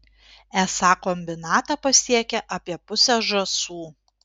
esą kombinatą pasiekia apie pusę žąsų